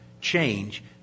change